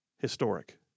historic